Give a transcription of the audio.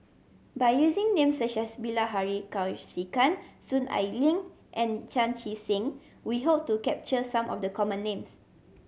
by using names such as Bilahari Kausikan Soon Ai Ling and Chan Chee Seng we hope to capture some of the common names